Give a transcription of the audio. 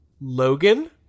Logan